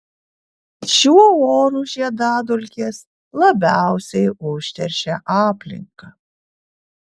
šiuo oru žiedadulkės labiausiai užteršia aplinką